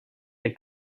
der